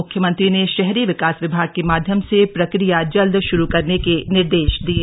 मुख्यमंत्री ने शहरी विकास विभाग के माध्यम से प्रक्रिया जल्द श्रू करने के निर्देश दिये